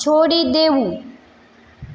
છોડી દેવું